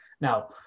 Now